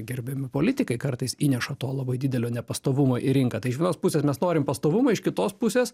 gerbiami politikai kartais įneša to labai didelio nepastovumo į rinką tai iš vienos pusės mes norim pastovumo iš kitos pusės